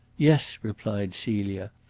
yes, replied celia.